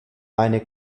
eine